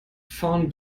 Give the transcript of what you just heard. vorn